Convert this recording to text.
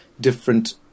different